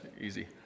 easy